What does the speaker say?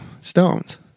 stones